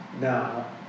now